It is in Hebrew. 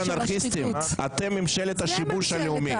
אתם ממשלת השיבוש הלאומי.